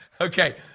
Okay